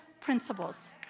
principles